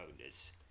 owners